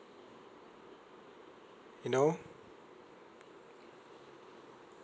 you know